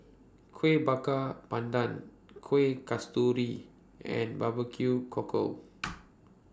Kueh Bakar Pandan Kueh Kasturi and Barbecue Cockle